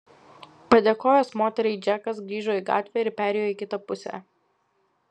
padėkojęs moteriai džekas grįžo į gatvę ir perėjo į kitą pusę